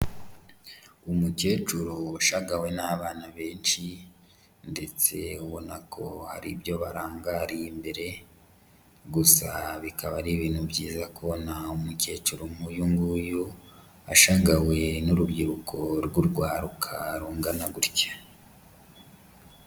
Umukecuru ushagawe n'abana benshi ndetse ubona ko hari ibyo barangariye imbere, gusa bikaba ari ibintu byiza kubona umukecuru nk'uyu nguyu ashagawe n'urubyiruko rw'urwaruka rungana gutya.